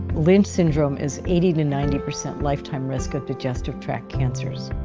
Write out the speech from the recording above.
lynch syndrome is eighty to ninety percent lifetime risk of digestive tract cancers.